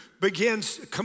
begins